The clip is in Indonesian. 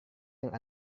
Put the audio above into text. yang